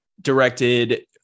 directed